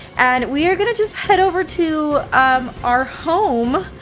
and we're gonna just head over to um our home,